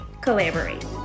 collaborate